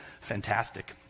Fantastic